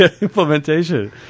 implementation